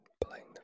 playing